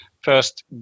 first